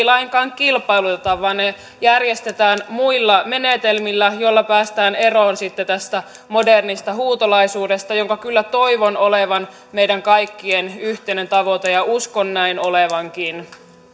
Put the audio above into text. lainkaan kilpailuteta vaan ne järjestetään muilla menetelmillä joilla päästään sitten eroon tästä modernista huutolaisuudesta minkä kyllä toivon olevan meidän kaikkien yhteinen tavoite ja uskon näin olevankin